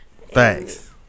Thanks